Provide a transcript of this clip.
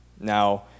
Now